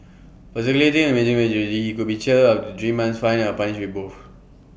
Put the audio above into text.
for circulating obscene imagery he could be jailed up to three months fined or punished with both